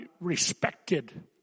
respected